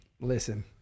listen